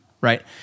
right